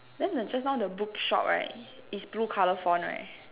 then the just now the book shop right is blue colour font right